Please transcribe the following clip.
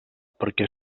perquè